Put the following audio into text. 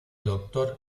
doctor